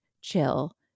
Chill